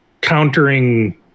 countering